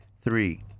three